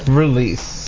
release